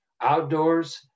outdoors